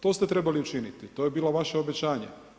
To ste trebali učiniti, to je bilo vaše obećanje.